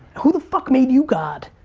who the fuck made you god?